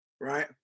Right